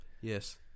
Yes